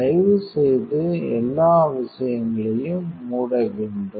தயவு செய்து எல்லா விஷயங்களையும் மூட வேண்டும்